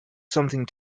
something